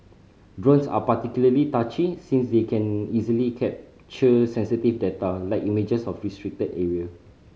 drones are particularly touchy since they can easily capture sensitive data like images of restricted area